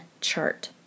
Chart